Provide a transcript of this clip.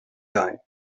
guy